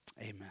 amen